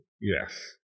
yes